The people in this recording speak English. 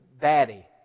Daddy